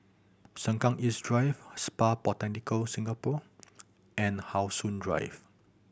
Sengkang East Drive Spa Botanica Singapore and How Sun Drive